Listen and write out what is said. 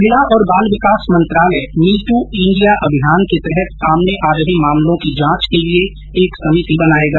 महिला और बाल विकास मंत्रालय मी टू इंडिया अभियान के तहत सामने आ रहे मामलों की जांच के लिए एक समिति बनाएगा